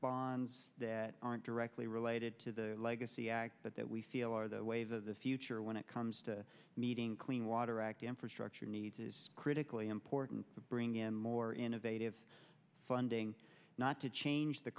bonds that aren't directly related to the legacy act but that we feel are the wave of the future when it comes to meeting clean water act the infrastructure needs is critically important to bring in more innovative funding not to change the